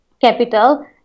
capital